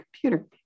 computer